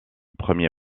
premier